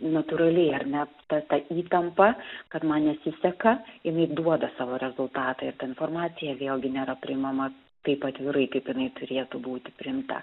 natūraliai ar ne ta ta įtampa kad man nesiseka jinai duoda savo rezultatą ir ta informacija vėlgi nėra priimama taip atvirai kaip jinai turėtų būti priimta